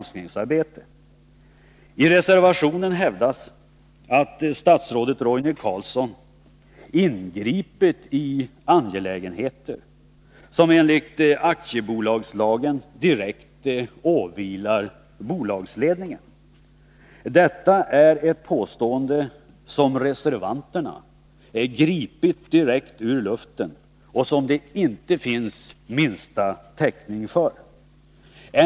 63 I reservationen hävdas att statsrådet Roine Carlsson ingripit i angelägenheter som enligt aktiebolagslagen direkt åvilar bolagsledningen. Detta är ett påstående som reservanterna gripit direkt ur luften och som det inte finns minsta täckning för.